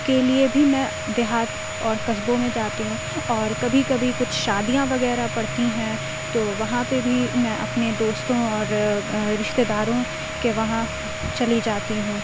کے لیے بھی میں دیہات اور قصبوں میں جاتی ہوں اور کبھی کبھی کچھ شادیاں وغیرہ پڑتی ہیں تو وہاں پہ بھی میں اپنے دوستوں اور رشتہ داروں کے وہاں چلی جاتی ہوں